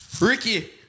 Ricky